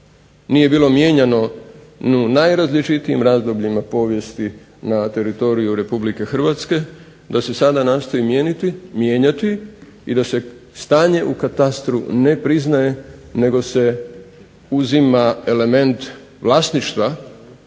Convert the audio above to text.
nije bilo mijenjano ni u najrazličitijim razdobljima povijesti na teritoriju RH da se nastoji sada mijenjati i da se stanje u katastru ne priznaje nego se uzima element vlasništva